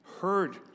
heard